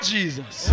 Jesus